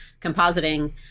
compositing